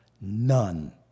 None